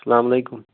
السلام علیکُم